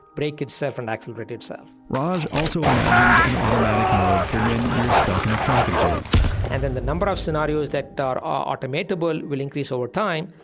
brake itself and accelerate itself raj also imagines an automatic mode for when you're stuck in a traffic jam and then the number of scenarios that are ah automatable will increase over time,